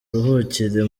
uruhukire